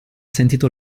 sentito